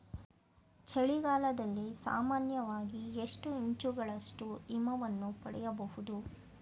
ಚಳಿಗಾಲದಲ್ಲಿ ಸಾಮಾನ್ಯವಾಗಿ ಎಷ್ಟು ಇಂಚುಗಳಷ್ಟು ಹಿಮವನ್ನು ಪಡೆಯಬಹುದು?